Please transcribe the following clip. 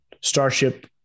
starship